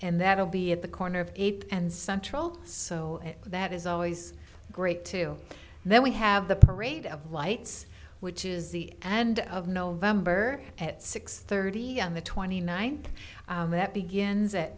and that will be at the corner of eight and central so that is always great to then we have the parade of lights which is the end of november at six thirty on the twenty ninth that begins at